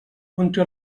contra